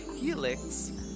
helix